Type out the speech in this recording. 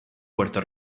puerto